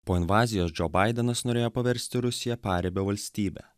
po invazijos džo baidenas norėjo paversti rusiją paribio valstybe